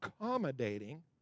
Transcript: accommodating